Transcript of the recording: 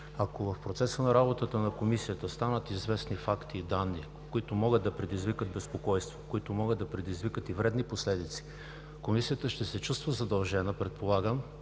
Ако в процеса на работата на Комисията станат известни факти и данни, които могат да предизвикат безпокойство, които могат да предизвикат и вредни последици, Комисията ще се чувства задължена, предполагам,